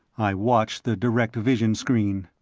i watched the direct vision screen.